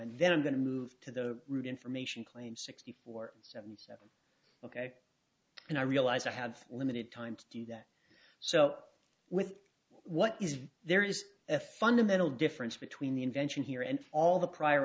and then i'm going to move to the route information claim sixty four seven ok and i realize i have limited time to do that so with what is there is a fundamental difference between the invention here and all the prior